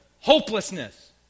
hopelessness